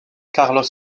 carlos